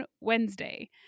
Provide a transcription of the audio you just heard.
Wednesday